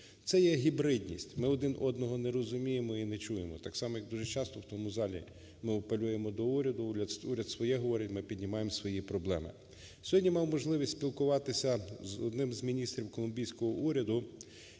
Це є гібридність, ми один одного не розуміємо і не чуємо. Так само, як дуже часто в цьому залі ми апелюємо до уряду, уряд своє говорить, ми піднімаємо свої проблеми. Сьогодні мав можливість спілкуватися з одним з міністрів колумбійського уряду,